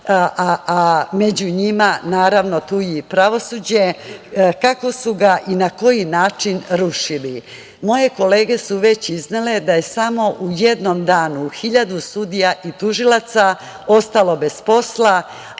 a među njima, naravno, tu je i pravosuđe, kako su ga i na koji način rušili. Moje kolege su već iznele da je samo u jednom danu hiljadu sudija i tužilaca ostalo bez posla